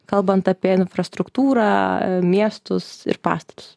kalbant apie infrastruktūrą miestus ir pastatus